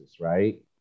right